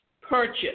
purchase